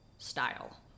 style